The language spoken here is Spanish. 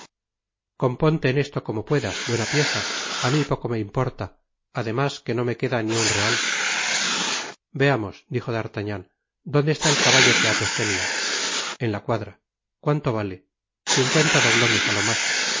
en esto como puedas buena pieza á mi poco me importa además que no me queda ni un real veamos dijo d'artagnan donde estáel caballo que athos tenia en la cuadra cuánto vale ciucueuta doblones á lo mas